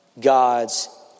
God's